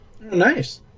Nice